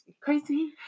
Crazy